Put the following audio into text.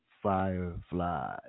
Firefly